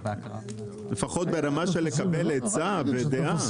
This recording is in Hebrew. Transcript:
לפחות ברמה של לקבל עצה ודעה.